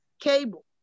cable